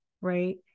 right